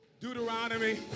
Deuteronomy